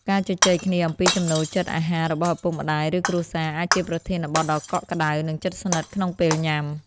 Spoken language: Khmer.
ការជជែកគ្នាអំពីចំណូលចិត្តអាហាររបស់ឪពុកម្ដាយ ឬគ្រួសារ អាចជាប្រធានបទដ៏កក់ក្ដៅ និងជិតស្និទ្ធក្នុងពេលញ៉ាំ។